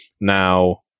now